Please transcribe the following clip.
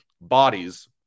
bodies